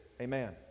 Amen